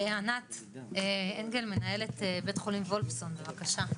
ענת אנגל, מנהלת בית חולים וולפסון, בבקשה.